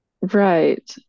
right